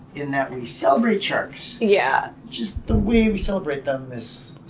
in that we celebrate sharks. yeah just the way we celebrate them is